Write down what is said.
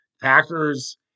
Packers